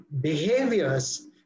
behaviors